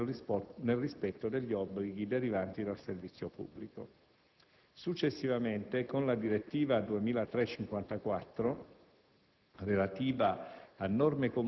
di energia elettrica svolte nel rispetto degli obblighi derivanti dal servizio pubblico. Successivamente, con la direttiva